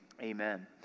amen